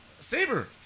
Saber